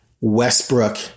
Westbrook